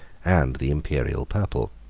and the imperial purple.